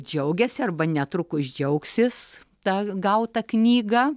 džiaugiasi arba netrukus džiaugsis ta gauta knyga